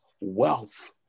wealth